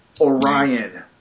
Orion